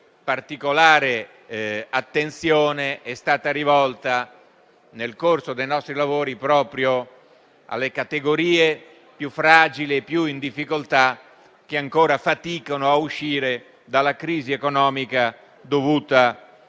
che particolare attenzione è stata rivolta, nel corso dei nostri lavori, proprio alle categorie più fragili e più in difficoltà, che ancora faticano a uscire dalla crisi economica dovuta alla sinergia